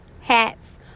hats